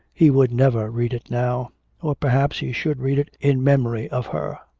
he would never read it now or perhaps he should read it in memory of her,